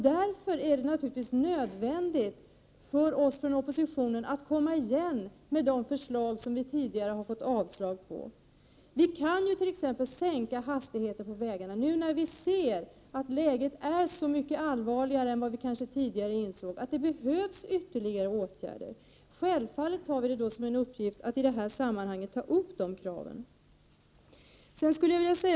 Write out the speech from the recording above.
Därför är det naturligtvis nödvändigt för oss i oppositionen att komma igen med de förslag som vi tidigare har fått avslag på. Hastigheten på vägarna kan t.ex. sänkas, när läget nu är så mycket allvarligare än vi tidigare insåg och det behövs ytterligare åtgärder. Självfallet ser vi i oppositionen det som en uppgift att i detta sammanhang ta upp de kraven.